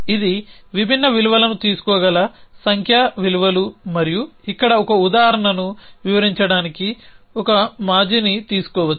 ఇవి విభిన్న విలువలను తీసుకోగల సంఖ్యా విలువలు మరియు ఇక్కడ ఒక ఉదాహరణను వివరించడానికి ఒక మాజీని తీసుకోవచ్చు